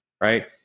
right